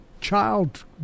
child